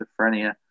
schizophrenia